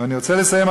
ואני רוצה לסיים,